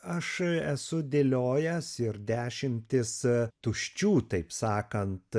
aš esu dėliojęs ir dešimtis tuščių taip sakant